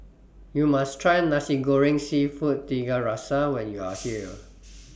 YOU must Try Nasi Goreng Seafood Tiga Rasa when YOU Are here